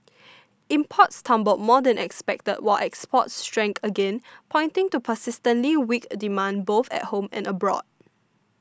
imports tumbled more than expected while exports shrank again pointing to persistently weak demand both at home and abroad